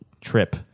trip